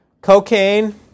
Cocaine